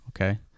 Okay